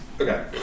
okay